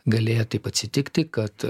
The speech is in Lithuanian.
galėjo taip atsitikti kad